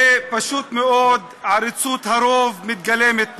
ופשוט מאוד, עריצות הרוב מתגלמת פה,